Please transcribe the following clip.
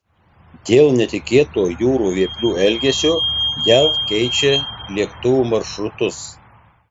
dėl netikėto jūrų vėplių elgesio jav keičia lėktuvų maršrutus